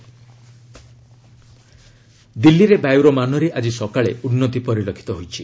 air quality ଦିଲ୍ଲୀରେ ବାୟୁର ମାନରେ ଆଜି ସକାଳେ ଉନ୍ନତି ପରିଲକ୍ଷିତ ହୋଇଛି